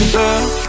love